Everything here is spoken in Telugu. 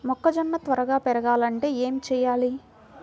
మొక్కజోన్న త్వరగా పెరగాలంటే ఏమి చెయ్యాలి?